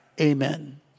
Amen